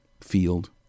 field